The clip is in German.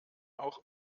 auch